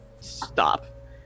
stop